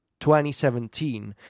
2017